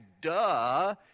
duh